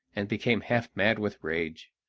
and became half mad with rage.